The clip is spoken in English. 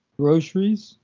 groceries.